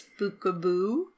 Spookaboo